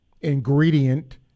ingredient